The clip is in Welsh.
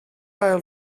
ail